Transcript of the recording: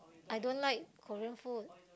I don't like Korean food